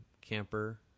camper